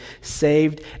saved